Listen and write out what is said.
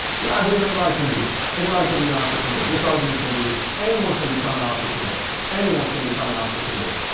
you know, i believe anybody can do it. anybody can be an entrepreneur. or this argument can be, anyone can become an entrepreneur. anyone can become an entrepreneur.